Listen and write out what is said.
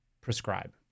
prescribe